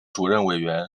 主任委员